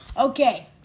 Okay